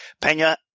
Pena